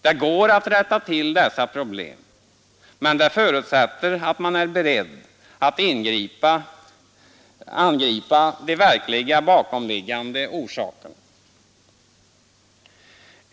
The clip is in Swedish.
Det går att rätta till dessa problem, men det förutsätter, att man är beredd att angripa de verkliga, bakomliggande orsakerna.